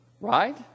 right